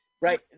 Right